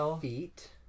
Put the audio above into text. feet